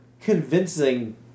convincing